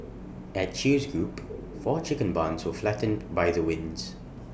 at chew's group four chicken barns were flattened by the winds